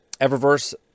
Eververse